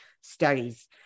studies